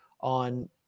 on